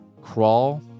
crawl